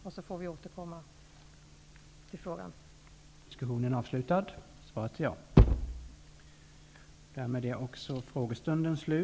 Sedan får vi återkomma till frågan.